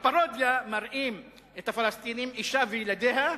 בפרודיה מראים את הפלסטינים, אשה וילדיה,